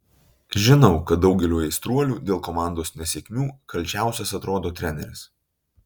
žinau kad daugeliui aistruolių dėl komandos nesėkmių kalčiausias atrodo treneris